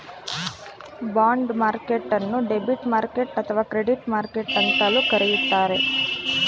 bond ಮಾರ್ಕೆಟ್ಟನ್ನು debit market ಅಥವಾ credit market ಅಂತಲೂ ಕರೆಯುತ್ತಾರೆ